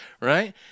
right